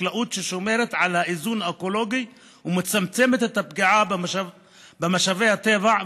חקלאות ששומרת על האיזון האקולוגי ומצמצמת את הפגיעה במשאבי הטבע.